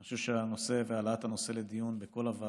אני חושב שהנושא והעלאת הנושא לדיון בכל הוועדות,